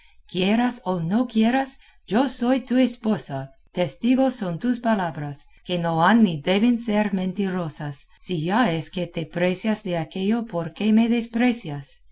quieras o no quieras yo soy tu esposa testigos son tus palabras que no han ni deben ser mentirosas si ya es que te precias de aquello por que me desprecias